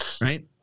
right